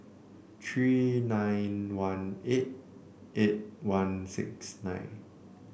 three nine one eight eight one six nine